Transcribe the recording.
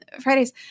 Fridays